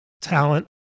talent